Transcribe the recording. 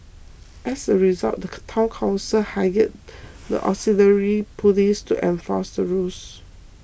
as a result the Town Council hired the auxiliary police to enforce the rules